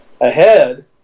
ahead